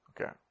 okay